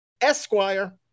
esquire